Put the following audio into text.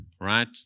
right